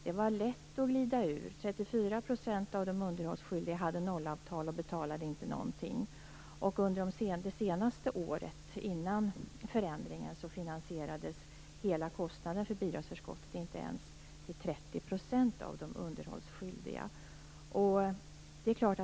Det var lätt att glida ur: 34 % av de underhållsskyldiga hade nollavtal och betalade inte någonting, och under det senaste året före förändringen finansierades hela kostnaden för bidragsförskottet inte ens till 30 % av de underhållsskyldiga.